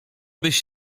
byś